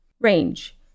Range